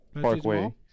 Parkway